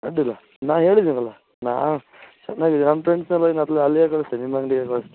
ಅಡ್ಡಿಯಿಲ್ಲ ನಾನು ಹೇಳಿದ್ದೀನಲ್ಲ ನಾನು ಚೆನ್ನಾಗಿದೆ ನಮ್ಮ ಫ್ರೆಂಡ್ಸ್ನೆಲ್ಲ ಇನ್ನು ಅತ್ಲ್ ಅಲ್ಲೇ ಕಳಿಸ್ತೀನಿ ನಿಮ್ಮ ಅಂಗಡಿಗೇ ಕಳ್ಸ್ತೀನಿ